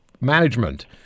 management